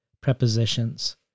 prepositions